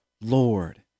Lord